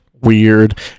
weird